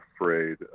afraid